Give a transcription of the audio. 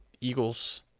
Eagles